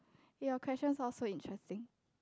your question sound so interesting